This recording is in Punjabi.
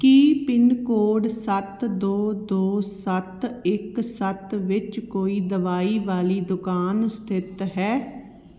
ਕੀ ਪਿੰਨ ਕੋਡ ਸੱਤ ਦੋ ਦੋ ਸੱਤ ਇੱਕ ਸੱਤ ਵਿੱਚ ਕੋਈ ਦਵਾਈ ਵਾਲੀ ਦੁਕਾਨ ਸਥਿਤ ਹੈ